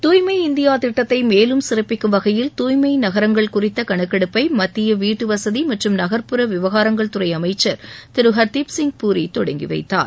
தூய்மை இந்தியா திட்டத்தை மேலும் சிறப்பிக்கும் வகையில் தூய்மை நகரங்கள் குறித்த கணக்கெடுப்பை மத்திய வீட்டுவசதி மற்றும் நகர்புற விவகாரங்கள் துறை அமைச்சர் திரு ஹர்தீப்சிங் பூரி தொடங்கி வைத்தார்